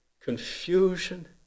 confusion